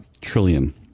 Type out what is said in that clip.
trillion